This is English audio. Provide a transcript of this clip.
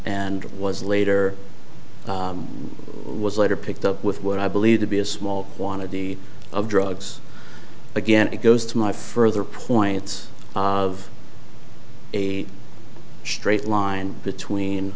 and was later was later picked up with what i believe to be a small quantity of drugs again it goes to my further points of a straight line between